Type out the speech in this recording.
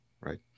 right